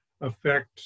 affect